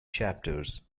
chapters